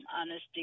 honesty